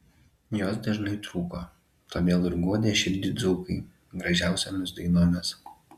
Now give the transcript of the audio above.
jos dažnai trūko todėl ir guodė širdį dzūkai gražiausiomis dainomis